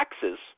taxes